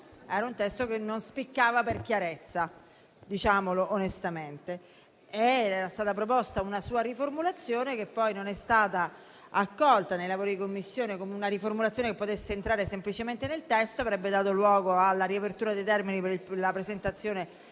purtroppo non spiccava per chiarezza (diciamolo onestamente). Era stata proposta una sua riformulazione, che poi non è stata accolta nei lavori di Commissione come una riformulazione che potesse entrare semplicemente nel testo, perché avrebbe dato luogo alla riapertura dei termini per la presentazione